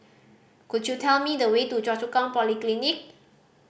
could you tell me the way to Choa Chu Kang Polyclinic